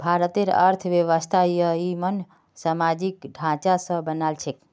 भारतेर अर्थव्यवस्था ययिंमन सामाजिक ढांचा स बनाल छेक